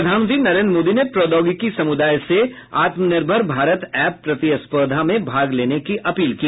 प्रधानमंत्री नरेंद्र मोदी ने प्रौद्योगिकी समुदाय से आत्मनिर्भर भारत ऐप प्रतिस्पर्धा में भाग लेने की अपील की